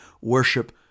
worship